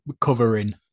covering